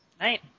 night